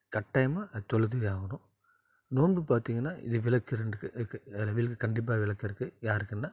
கட்டாயமாக அது தொழுதே ஆகணும் நோம்பு பார்த்திங்கன்னா இது விளக்கு ரெண்டு இருக்கு இருக்கு வேறு விளக்கு கண்டிப்பாக விளக்கு இருக்கு யாருக்குன்னா